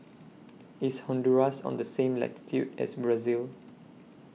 IS Honduras on The same latitude as Brazil